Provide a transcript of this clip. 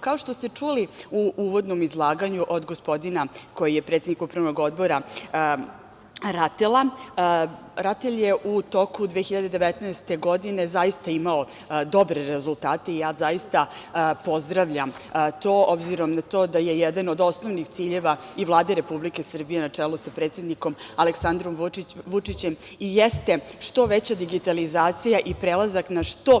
Kao što ste čuli u uvodnom izlaganju od gospodina koji je predsednik upravnog odbora RATEL-a, RATEL je u toku 2019. godine, zaista imao dobre rezultate, i ja zaista pozdravljam to, obzirom da je to jedan od osnovnih ciljeva i Vlade Republike Srbije na čelu sa predsednikom Aleksandrom Vučićem, i jeste što veća digitalizacija i prelazak na što